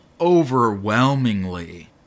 Overwhelmingly